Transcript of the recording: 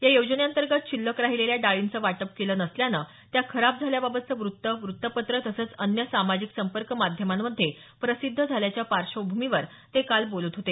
या योजनेअंतर्गत शिल्लक राहिलेल्या डाळींचं वाटप केलं नसल्यानं त्या खराब झाल्याबाबतचं वृत्त वृत्तपत्र तसंच अन्य सामाजिक संपर्क माध्यमांमध्ये प्रसिद्ध झाल्याच्या पार्श्वभूमीवर ते काल बोलत होते